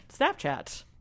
snapchat